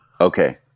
Okay